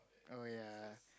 oh yea